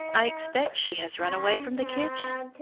i expect she has run away from the kitchen.